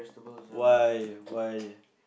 why why